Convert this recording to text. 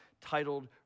titled